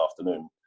afternoon